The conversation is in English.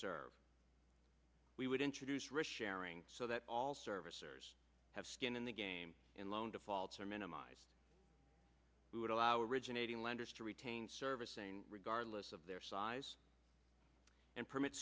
serve we would introduce risk sharing so that all servicers have skin in the game in loan defaults are minimised we would allow originating lenders to retain servicing regardless of their size and permit